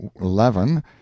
eleven